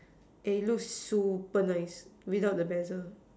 and it looks super nice without the bezel